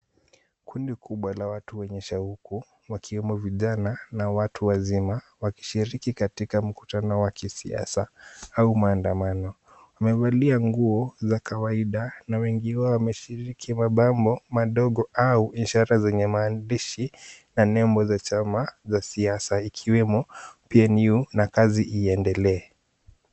Kundi kubwa la watu wenye shauku wakiwemo vijana na watu wazima wakishiriki katika mkutano wa kisiasa au maandamano. Wamevalia nguo za kawaida na wengi wao wameshiriki mabango madogo au ishara zenye maandishi na nembo za chama za siasa ikiwemo PNU na Kazi iendelee.